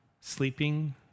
sleeping